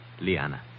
Liana